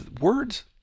words